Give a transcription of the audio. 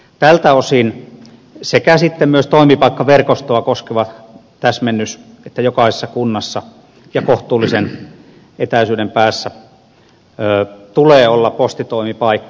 tältä osin on myös toimipaikkaverkostoa koskeva täsmennys että jokaisessa kunnassa ja kohtuullisen etäisyyden päässä tulee olla postitoimipaikka